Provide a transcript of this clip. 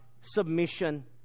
submission